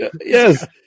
Yes